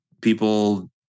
people